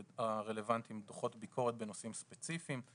הרלוונטיים דוחות ביקורת בנושאים ספציפיים.